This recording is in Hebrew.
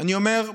אני אומר,